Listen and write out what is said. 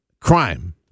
crime